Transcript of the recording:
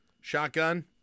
Shotgun